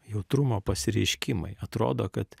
jautrumo pasireiškimai atrodo kad